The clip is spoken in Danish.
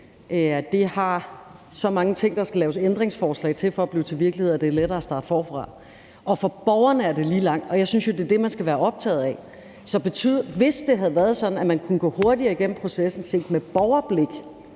har så mange ting, der skal laves ændringsforslag til, for at blive til virkelighed, at det er lettere at starte forfra. Og for borgerne er det lige langt, og jeg synes jo, at det er det, man skal være optaget af. Hvis det havde været sådan, at man set med borgerblik kunne gå hurtigere igennem processen ved at stille